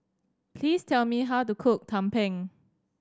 please tell me how to cook Tumpeng